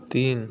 تین